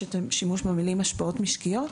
יש את השימוש במילים השפעות משקיות.